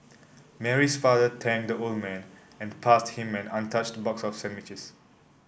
Mary's father thanked the old man and passed him an untouched box of sandwiches